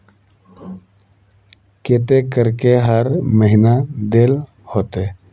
केते करके हर महीना देल होते?